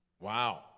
Wow